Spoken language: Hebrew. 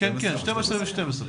12 ו-12.